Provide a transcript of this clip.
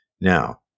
Now